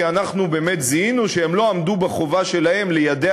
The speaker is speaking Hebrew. כי אנחנו באמת זיהינו שהן לא עמדו בחובה שלהן ליידע